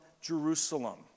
Jerusalem